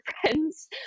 friends